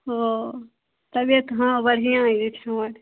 ओ तबियत हँ बढ़िआँ अछि हमर